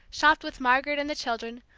shopped with margaret and the children,